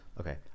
Okay